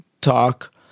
talk